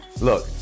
Look